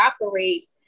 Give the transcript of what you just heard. operate